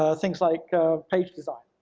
ah things like page design,